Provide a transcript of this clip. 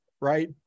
right